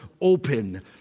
open